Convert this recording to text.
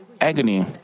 agony